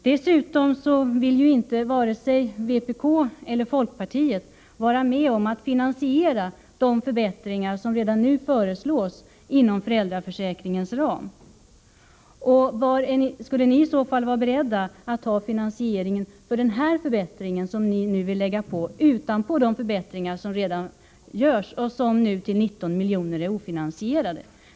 Dessutom vill vare sig vpk eller folkpartiet vara med om att finansiera de förbättringar som redan nu föreslås inom föräldraförsäkringens ram. Skulle ni då vara beredda att medverka till att finansiera den här förbättringen, som ni vill lägga till utöver de förbättringar som skall göras och som till 19 miljoner är ofinansierade?